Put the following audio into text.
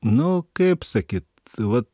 nu kaip sakyt va